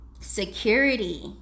security